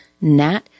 Nat